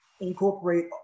incorporate